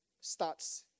starts